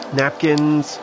napkins